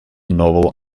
novel